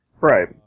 Right